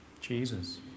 Jesus